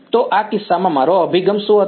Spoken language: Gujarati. તો આ કિસ્સામાં મારો અભિગમ શું હતો